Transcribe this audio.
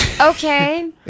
Okay